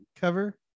cover